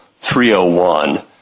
301